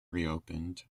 reopened